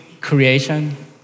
creation